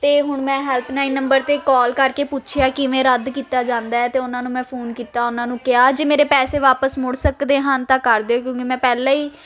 ਅਤੇ ਹੁਣ ਮੈਂ ਹੈਲਪਲਾਈਨ ਨੰਬਰ 'ਤੇ ਕਾਲ ਕਰਕੇ ਪੁੱਛਿਆ ਕਿਵੇਂ ਰੱਦ ਕੀਤਾ ਜਾਂਦਾ ਅਤੇ ਉਹਨਾਂ ਨੂੰ ਮੈਂ ਫੋਨ ਕੀਤਾ ਉਹਨਾਂ ਨੂੰ ਕਿਹਾ ਜੇ ਮੇਰੇ ਪੈਸੇ ਵਾਪਸ ਮੁੜ ਸਕਦੇ ਹਨ ਤਾਂ ਕਰ ਦੇਣ ਕਿਉਂਕਿ ਮੈਂ ਪਹਿਲਾਂ ਹੀ